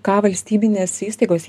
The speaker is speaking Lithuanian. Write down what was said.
ką valstybinės įstaigos